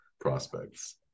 prospects